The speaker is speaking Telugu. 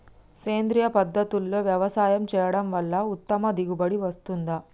సేంద్రీయ పద్ధతుల్లో వ్యవసాయం చేయడం వల్ల ఉత్తమ దిగుబడి వస్తుందా?